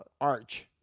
Arch